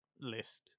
list